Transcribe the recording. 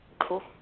Cool